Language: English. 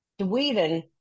Sweden